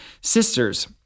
sisters